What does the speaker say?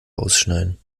ausschneiden